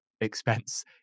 expense